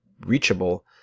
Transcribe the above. reachable